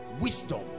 wisdom